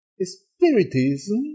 spiritism